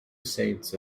saints